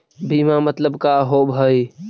बीमा मतलब का होव हइ?